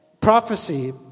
Prophecy